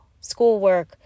schoolwork